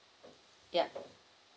yup